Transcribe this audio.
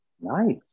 Nice